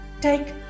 Take